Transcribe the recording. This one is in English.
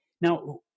Now